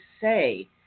say